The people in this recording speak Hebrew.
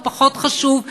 לא פחות חשוב,